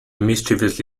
mischievous